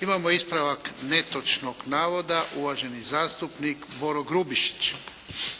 Imamo ispravak netočnog navoda, uvaženi zastupnik Boro Grubišić.